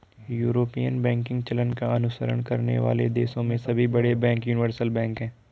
European banking चलन का अनुसरण करने वाले देशों में सभी बड़े बैंक यूनिवर्सल बैंक हैं